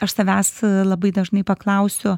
aš savęs labai dažnai paklausiu